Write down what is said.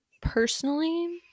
personally